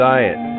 Diet